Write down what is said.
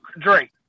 Drake